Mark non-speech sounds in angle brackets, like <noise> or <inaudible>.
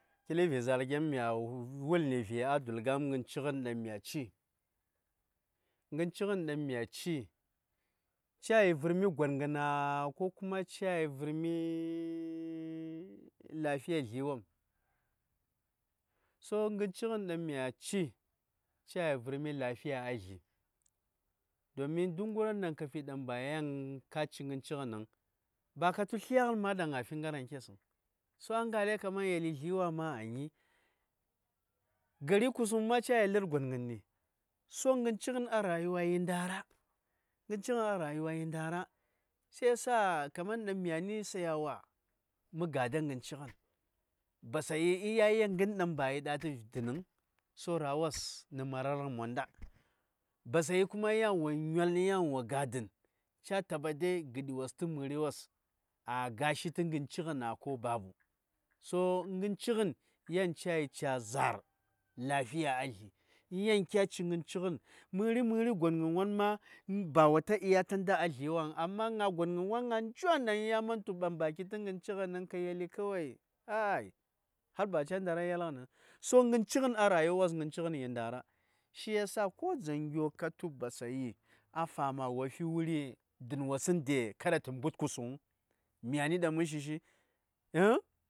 Kili vik za:ri gin mya wulnə vi a du:l gam gəncighən daŋ my a ci, gəncighən daŋ mya ci cayi vərmi gogəna ko kuma ca yi vərmi lafiya zli wop m? So gən cigən daŋ mya ci cayi vərmi lafiya a zli domin kom daŋ ka yan ka fu gən cigənəŋ ba katu tlya gən daŋ ka fiŋ, kyat u kə cin ya ŋalai ka yel dtlu, wa ma a nyi gari kusuŋ ma cayi lər gogəndi, gən cigən a za:r yi ndara, shiyi sa myam saya wa mə gad ŋvncigən, Basay ya yel gəŋ daŋ bayi dafə vi nən to rah shishi, Basayi yan ca myoln wo tabatai məri wos tə gədi wos ta tu gəncigəni, yan kya cigən cigən cigən ko məri məri gon ba ta figən gətəŋ, amma yan kya ci gən ka yeli hart ba ca ndar yell gəŋ shiyasa basayi fama wos dənwos kada tə mbut kusuŋ datə dənəŋ. <unintelligible>